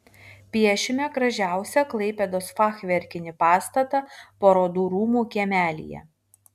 piešime gražiausią klaipėdos fachverkinį pastatą parodų rūmų kiemelyje